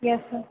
yes sir